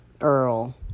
Earl